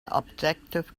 objective